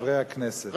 חברי הכנסת,